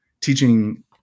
teaching